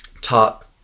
top